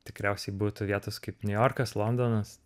tikriausiai būtų vietos kaip niujorkas londonas